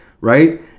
right